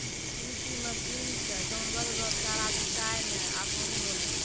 कृषि मशीन से जानवर रो चारा जुटाय मे आसानी होलै